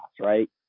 right